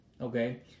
Okay